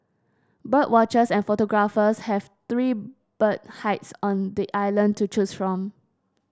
bird watchers and photographers have three bird hides on the island to choose from